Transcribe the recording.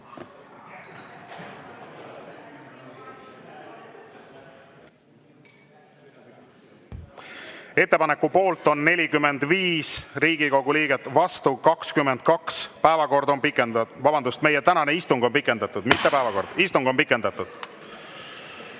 Ettepaneku poolt on 45 Riigikogu liiget, vastu 22. Päevakord on pikendatud. Vabandust, meie tänane istung on pikendatud, mitte päevakord! Istung on pikendatud.